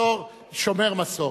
בתור שומר מסורת,